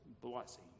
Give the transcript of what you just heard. blessing